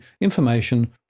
information